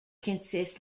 consists